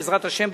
בעזרת השם,